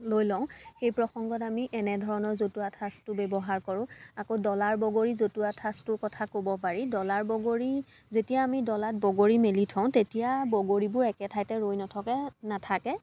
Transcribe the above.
লৈ লওঁ সেই প্ৰসংগত আমি এনে ধৰণৰ জতুৱা ঠাঁচটো ব্যৱহাৰ কৰোঁ আকৌ ডলাৰ বগৰী জতুৱা ঠাঁচটো কথা ক'ব পাৰি ডলাৰ বগৰী যেতিয়া আমি ডলাত বগৰী মেলি থওঁ তেতিয়া বগৰীবোৰ একে ঠাইতে ৰৈ নথাকে নাথাকে